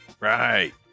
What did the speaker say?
Right